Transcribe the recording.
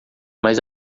mas